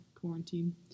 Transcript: quarantine